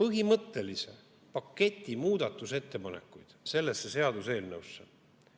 põhimõttelise paketi muudatusettepanekuid selle seaduseelnõu